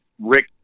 Rick